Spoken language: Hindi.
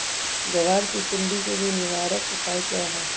ग्वार की सुंडी के लिए निवारक उपाय क्या है?